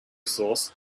source